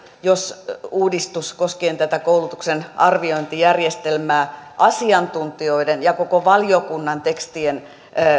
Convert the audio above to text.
jos uudistus koskien tätä koulutuksen arviointijärjestelmää asiantuntijoiden ja koko valiokunnan tekstien